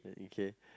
okay